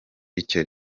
icyo